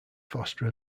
foster